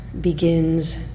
begins